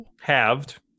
Halved